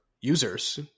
users